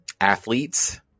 athletes